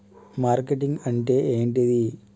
Marketing అంటే ఏంటిది?